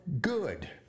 good